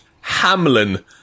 hamlin